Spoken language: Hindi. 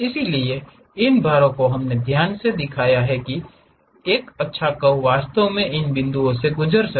इसलिए इन भारों को हमने ध्यान से दिखाया है ताकि एक अच्छा कर्व वास्तव में इन बिंदुओं से गुजर सके